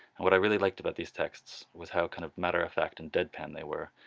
and what i really liked about these texts was how kind of matter of fact and deadpan they were,